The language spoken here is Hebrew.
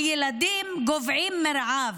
ילדים גוועים מרעב,